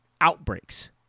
outbreaks